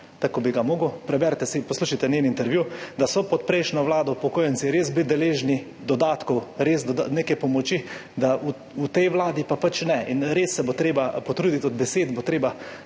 kot bi ga moral. Preberite si, poslušajte njen intervju, da so pod prejšnjo vlado upokojenci res bili deležni dodatkov, res neke pomoči, da v tej vladi pa pač ne in res se bo treba potruditi, od besed, ki ste